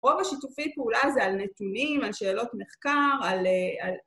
רוב השיתופי פעולה הזה על נתונים, על שאלות מחקר, על...